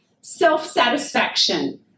self-satisfaction